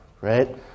right